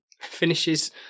finishes